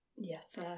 yes